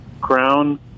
crown